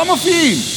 לא מופיעים.